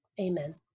Amen